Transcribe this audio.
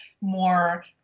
more